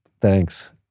Thanks